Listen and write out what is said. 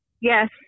Yes